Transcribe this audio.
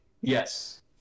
Yes